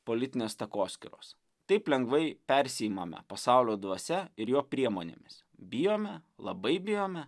politinės takoskyros taip lengvai persiimame pasaulio dvasia ir jo priemonėmis bijome labai bijome